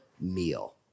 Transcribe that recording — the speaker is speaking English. meal